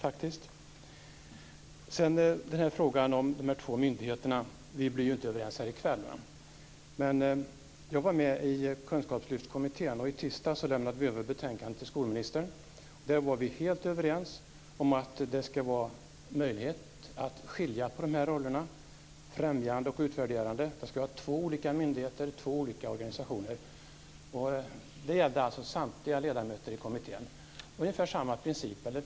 När det gäller frågan om de två myndigheterna blir vi inte överens här i kväll. Men jag var med i Kunskapslyftskommittén, och i tisdags lämnade vi över vårt betänkande till skolministern. Vi var helt överens om att det ska vara möjligt att skilja på rollerna främjande och utvärderande. Det ska vara två olika myndigheter, två olika organisationer. Samtliga ledamöter i kommittén var överens i den frågan.